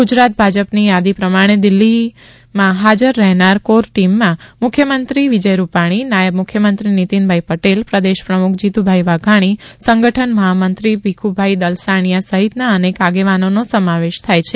ગુજરાત ભાજપ ની યાદી પ્રમાણે દિલ્લીમાં હાજર રહેનાર કોર ટીમમાં મુખ્યમંત્રી વિજય રૂપાણી નાયબ મુખ્યમંત્રી નિતિનભાઈ પટેલ પ્રદેશ પ્રમુખ જીતુભાઈ વાઘાણી સંગઠન મહામંત્રી ભીખુભાઈ દલસાનિયા સહિતના અનેક આગેવાનોનો સમાવેશ થાય છે